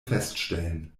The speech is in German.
feststellen